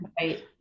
Right